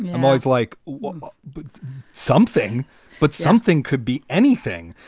i'm always like one with something. but something could be anything.